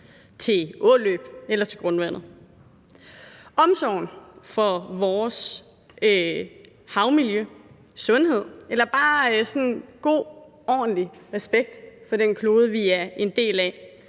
til åløb eller til grundvandet. Omsorgen for vores havmiljø, sundhed eller bare sådan god, ordentlig respekt for den klode, vi er en del af,